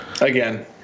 Again